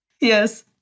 Yes